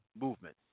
movement